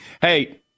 Hey